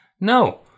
No